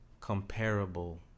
comparable